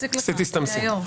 מנוסח הצעת החוק